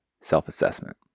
self-assessment